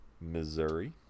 Missouri